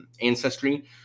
ancestry